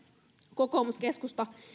kokoomus keskusta